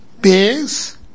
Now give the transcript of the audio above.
Base